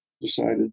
decided